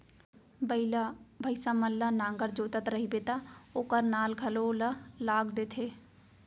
बइला, भईंसा मन ल नांगर जोतत रइबे त ओकर नाल घलौ ल लाग देथे